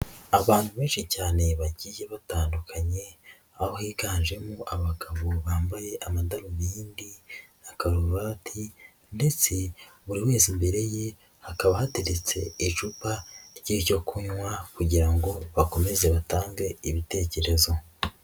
Abantu benshi cyane bagiye batandukanye aho higanjemo abagabo bambaye amadarubindi na karuvati, ndetse buri wese imbere ye hakaba haretse icupa ry'icyo kunywa kugira ngo bakomeze batange ibitekerezo.